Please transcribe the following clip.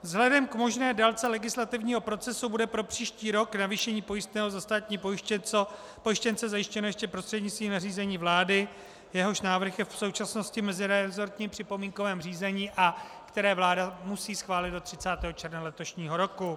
Vzhledem k možné délce legislativního procesu bude pro příští rok navýšení pojistného za státní pojištěnce zajištěno ještě prostřednictvím nařízení vlády, jehož návrh je v současnosti v meziresortním připomínkovém řízení a které vláda musí schválit do 30. června letošního roku.